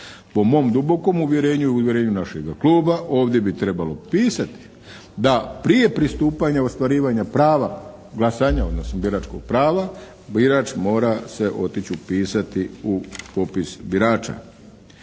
Po mom dubokom uvjerenju i uvjerenju našega kluba ovdje bi trebalo pisati da prije pristupanja ostvarivanja prava, glasanja, odnosno biračkog prava, birač mora se otići upisati u popis birača.